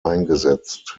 eingesetzt